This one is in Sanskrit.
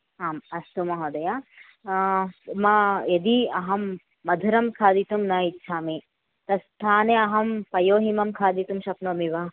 आम् अस्तु महोदय मा यदि अहं मधुरं खदितुं न इच्छामि तद् स्थाने अहं पयोहिमं खदितुं शक्नोमि वा